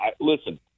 Listen